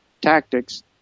tactics